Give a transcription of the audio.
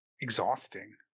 exhausting